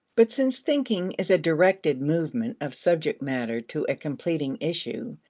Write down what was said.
but since thinking is a directed movement of subject matter to a completing issue,